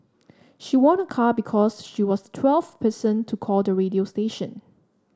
she won a car because she was the twelfth person to call the radio station